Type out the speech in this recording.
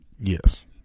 Yes